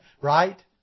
Right